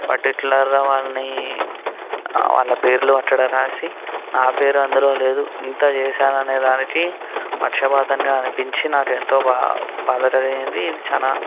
పర్టీక్యూలర్గా వాళ్ళని వాళ్ళ పేర్లు అక్కడ వ్రాసి నా పేరు అందులో లేదు ఇంత చేసాను అనేదానికి పక్షపాతంగా అనిపించి నాకు ఎంతో బా బాధ కలిగింది ఇది చాలా